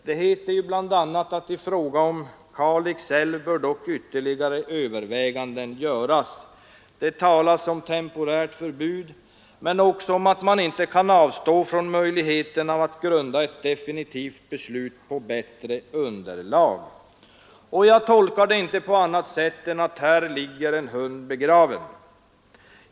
Det heter ju bl.a. att i fråga om Kalix älv bör dock ytterligare överväganden göras”. Det talas om temporärt förbud men också om att man inte kan avstå från möjligheten att grunda ett definitivt beslut på ”bättre underlag”. Jag tolkar det inte på annat sätt än att här ligger en hund begraven.